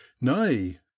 nay